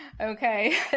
Okay